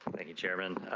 thank you chairman